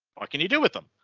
ah can you do with them?